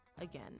Again